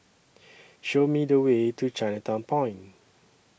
Show Me The Way to Chinatown Point